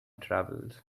travels